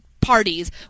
parties